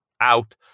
out